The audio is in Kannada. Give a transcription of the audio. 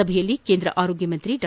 ಸಭೆಯಲ್ಲಿ ಕೇಂದ್ರ ಆರೋಗ್ಯ ಸಚಿವ ಡಾ